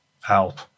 Help